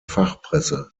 fachpresse